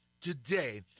today